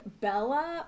Bella